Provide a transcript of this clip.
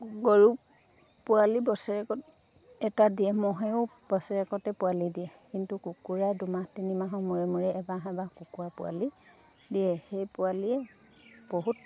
গৰু পোৱালি বছৰেকত এটা দিয়ে ম'হেও বছৰেকতে পোৱালি দিয়ে কিন্তু কুকুৰাই দুমাহ তিনিমাহৰ মূৰে মূৰে এবাহ এবাহ কুকুৰা পোৱালি দিয়ে সেই পোৱালিয়ে বহুত